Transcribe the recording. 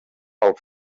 pel